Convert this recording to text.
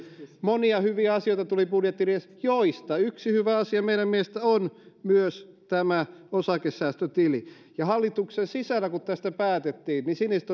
monia hyviä asioita tuli budjettiriihessä joista yksi hyvä asia meidän mielestämme on myös tämä osakesäästötili ja hallituksen sisällä kun tästä päätettiin siniset